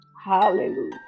Hallelujah